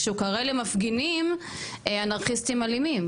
כשהוא קורא למפגינים אנרכיסטים אלימים,